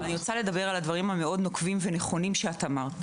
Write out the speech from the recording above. אני רוצה לדבר על הדברים המאוד נוקבים ונכונים שאמרת.